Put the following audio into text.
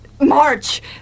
March